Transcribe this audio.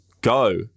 go